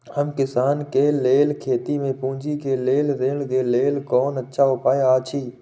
हम किसानके लेल खेती में पुंजी के लेल ऋण के लेल कोन अच्छा उपाय अछि?